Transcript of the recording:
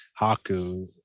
Haku